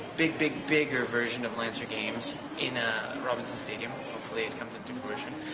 big, big, bigger version of lancer games in ah robinson stadium. hopefully, it comes into fruition.